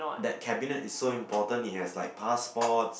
that cabinet is so important it has like passports